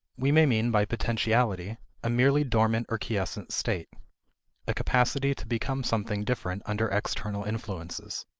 we may mean by potentiality a merely dormant or quiescent state a capacity to become something different under external influences.